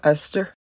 Esther